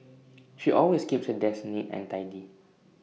she always keeps her desk neat and tidy